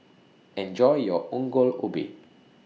Enjoy your Ongol Ubi